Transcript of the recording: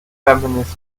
feminist